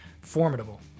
formidable